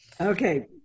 Okay